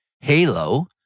Halo